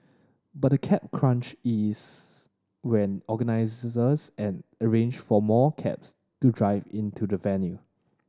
but the cab crunch ease when organisers an arrange for more cabs to drive into the venue